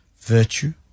virtue